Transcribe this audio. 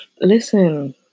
Listen